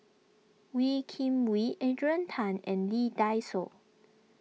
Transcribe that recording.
Wee Kim Wee Adrian Tan and Lee Dai Soh